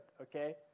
okay